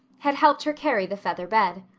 had helped her carry the feather bed.